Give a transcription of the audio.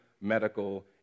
medical